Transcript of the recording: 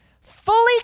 fully